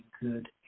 good